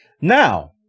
Now